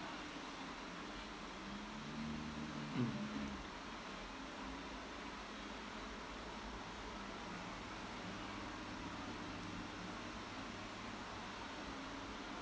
mm